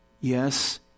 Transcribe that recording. Yes